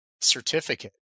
certificate